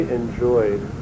enjoyed